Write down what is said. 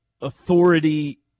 authority